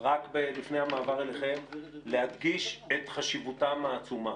לפני המעבר אליכם להדגיש את חשיבותם העצומה.